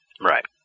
right